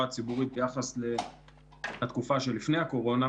הציבורית ביחס לתקופה שלפני הקורונה,